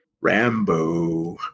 Rambo